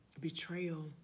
betrayal